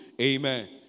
Amen